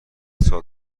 سال